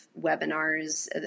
webinars